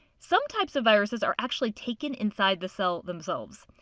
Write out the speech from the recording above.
some types of viruses are actually taken inside the cell themselves.